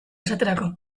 esaterako